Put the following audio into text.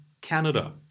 Canada